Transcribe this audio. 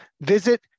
Visit